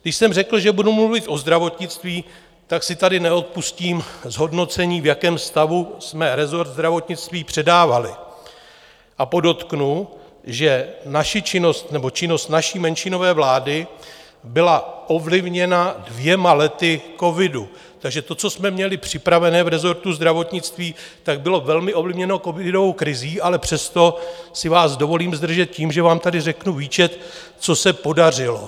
Když jsem řekl, že budu mluvit o zdravotnictví, tak si tady neodpustím zhodnocení, v jakém stavu jsme resort zdravotnictví předávali, a podotknu, že naši činnost nebo činnost naší menšinové vlády byla ovlivněna dvěma lety covidu, takže to, co jsme měli připravené v resortu zdravotnictví, bylo velmi ovlivněno covidovou krizí, ale přesto si vás dovolím zdržet tím, že vám tady řeknu výčet, co se podařilo.